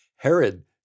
Herod